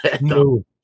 no